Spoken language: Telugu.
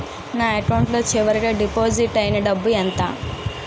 నా అకౌంట్ లో చివరిగా డిపాజిట్ ఐనా డబ్బు ఎంత?